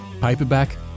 Paperback